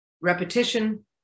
repetition